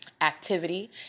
activity